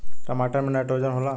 टमाटर मे नाइट्रोजन होला?